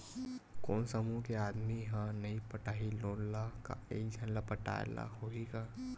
कोन समूह के आदमी हा नई पटाही लोन ला का एक झन ला पटाय ला होही का?